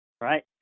Right